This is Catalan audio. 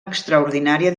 extraordinària